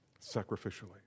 sacrificially